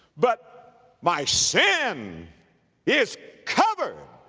but my sin is covered,